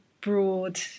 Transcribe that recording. broad